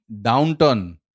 downturn